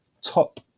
top